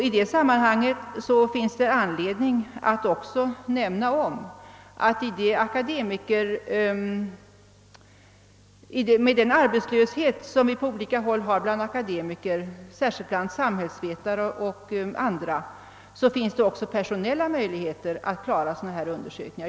I detta sammanhang vill jag också nämna att med den arbetslöshet som råder på olika håll bland akademikerna — framför allt samhällsvetare och liknande — finns också personella resurser att klara dylika undersökningar.